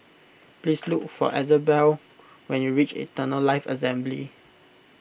please look for Isabelle when you reach Eternal Life Assembly